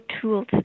tools